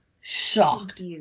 shocked